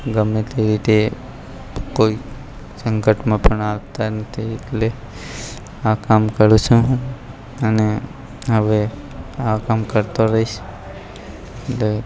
ગમે તે રીતે કોઈ સંકટમાં પણ આવતા નથી એટલે આ કામ કરું છું હું અને હવે આ રીતે આ કામ કરતો રહીશ એટલે